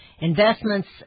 Investments